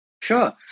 Sure